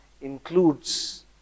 includes